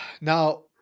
Now